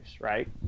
right